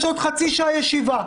יש עוד חצי שעה ישיבה.